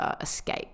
escape